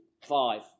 five